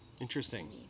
interesting